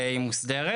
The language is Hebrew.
היא מוסדרת.